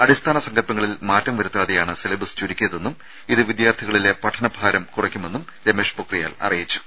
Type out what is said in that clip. അടിസ്ഥാന സങ്കല്പങ്ങളിൽ വരുത്താതെയാണ് മാറ്റം സിലബസ് ചുരുക്കിയതെന്നും ഇത് വിദ്യാർത്ഥികളിലെ പഠന ഭാരം കുറയ്ക്കുമെന്നും രമേഷ് പൊക്രിയാൽ അറിയിച്ചു